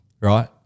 right